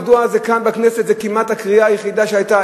מדוע כאן בכנסת זאת כמעט הקריאה היחידה שהיתה?